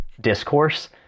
discourse